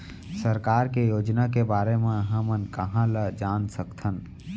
सरकार के योजना के बारे म हमन कहाँ ल जान सकथन?